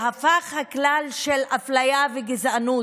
והפכו לכלל של אפליה וגזענות,